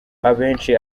abenshi